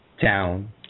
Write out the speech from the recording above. town